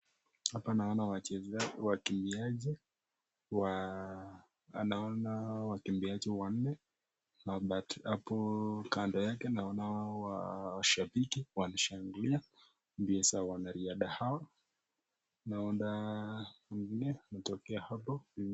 Hapa naona wachezaji wakimbiaji wa anaona wakimbiaji wanne (cs) but (cs) hapo kando yake naona washabiki walishangilia mbio za wanariadha hao. Naona wengine wametokea hapo.